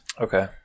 Okay